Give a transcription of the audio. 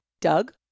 Doug